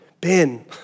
Ben